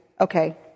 Okay